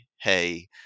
hey